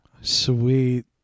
Sweet